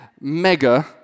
mega